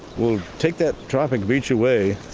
we'll take that tropic beach away,